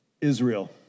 Israel